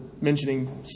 mentioning